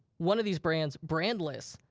one of these brands, brandless,